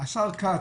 השר כץ,